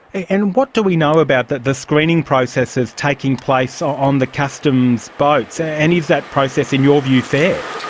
and what do we know about the screening processes taking place so on the customs boats? and and is that process, in your view, fair?